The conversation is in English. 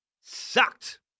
sucked